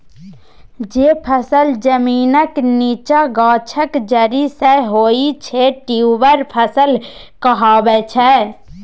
जे फसल जमीनक नीच्चाँ गाछक जरि सँ होइ छै ट्युबर फसल कहाबै छै